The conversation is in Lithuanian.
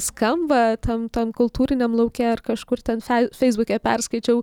skamba tam tam kultūriniam lauke ar kažkur ten fe feisbuke perskaičiau